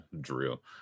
drill